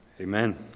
Amen